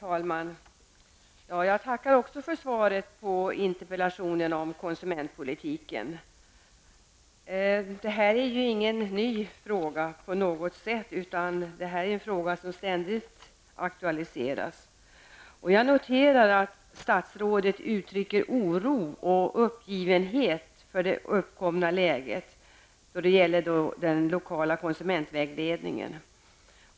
Herr talman! Jag tackar också för svaret på interpellationen om konsumentpolitiken. Det här är inte någon ny fråga, utan det är en fråga som ständigt aktualiseras. Jag noterar att statsrådet uttrycker oro och uppgivenhet för det uppkomna läget beträffande den lokala konsumentvägledningen.